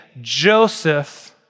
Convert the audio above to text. Joseph